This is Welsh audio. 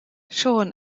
siôn